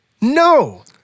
No